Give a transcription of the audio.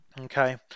Okay